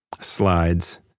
slides